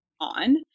on